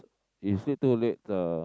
if sleep too late the